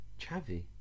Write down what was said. Chavi